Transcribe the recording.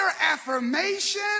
affirmation